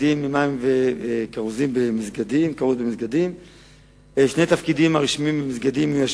סעיפים המבטלים את החלטות הכנסת בדבר פירוק הרשויות המקומיות שבנדון.